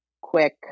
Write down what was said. quick